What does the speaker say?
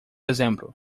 exemplo